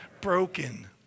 broken